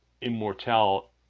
immortal